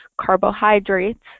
carbohydrates